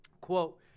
quote